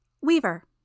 Weaver